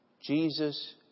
Jesus